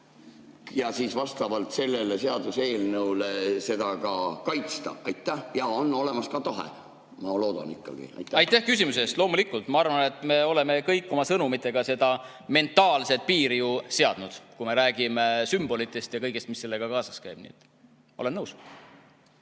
ja siis vastavalt sellele seaduseelnõule seda ka kaitsta. Ja on olemas ka tahe, ma loodan ikkagi. Aitäh küsimuse eest! Loomulikult, ma arvan, et me oleme kõik oma sõnumitega seda mentaalset piiri ju seadnud, kui jutt on sümbolitest ja kõigest, mis nendega kaasas käib. Olen nõus.